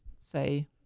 say